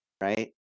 right